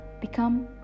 become